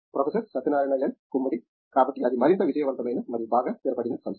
professor Satyanarayana N Gummadi కాబట్టి అది మరింత విజయవంతమైన మరియు బాగా స్థిరపడిన సంస్థ